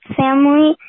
family